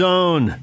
Zone